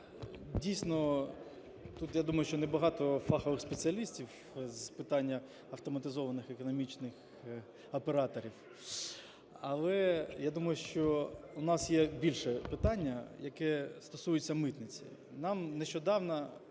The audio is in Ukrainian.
Дійсно, тут, я думаю, що небагато фахових спеціалістів з питання автоматизованих економічних операторів. Але я думаю, що у нас є більше питання, яке стосується митниці.